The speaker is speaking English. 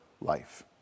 life